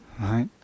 Right